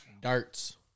darts